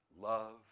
love